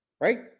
Right